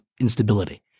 instability